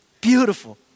beautiful